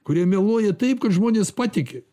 kurie meluoja taip kad žmonės patiki